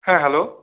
হ্যাঁ হ্যালো